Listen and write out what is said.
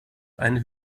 eine